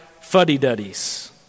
fuddy-duddies